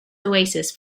oasis